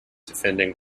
defending